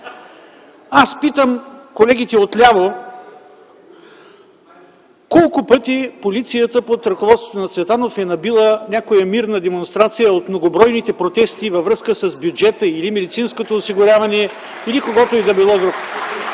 Аз питам колегите отляво: колко пъти полицията под ръководството на Цветанов е набила някоя мирна демонстрация от многобройните протести във връзка с бюджета или медицинското осигуряване, или когото и да било друг?